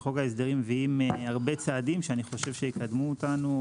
בחוק ההסדרים אנחנו מביאים הרבה צעדים שלדעתי יקדמו אותנו.